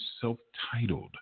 self-titled